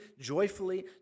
joyfully